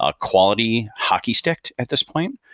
ah quality hockey stick at this point,